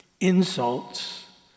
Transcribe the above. insults